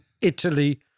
Italy